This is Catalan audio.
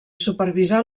supervisar